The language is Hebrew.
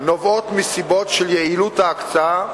נובעות מסיבות של יעילות ההקצאה